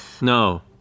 No